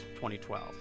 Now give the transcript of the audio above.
2012